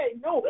no